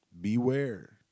Beware